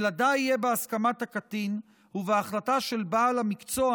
אלא די יהיה בהסכמת הקטין ובהחלטה של בעל המקצוע,